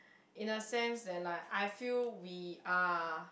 in a sense that like I feel we are